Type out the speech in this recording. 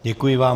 Děkuji vám.